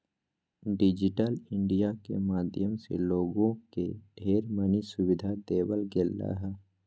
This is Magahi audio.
डिजिटल इन्डिया के माध्यम से लोगों के ढेर मनी सुविधा देवल गेलय ह